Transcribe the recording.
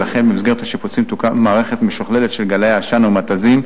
ולכן במסגרת השיפוצים תוקם מערכת משוכללת של גלאי עשן ומתזים.